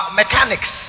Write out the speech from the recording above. mechanics